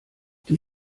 die